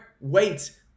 wait